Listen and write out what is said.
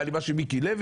היה לי משהו עם מיקי לוי?